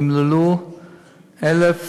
אמללו 1,000,